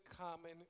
common